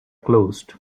closed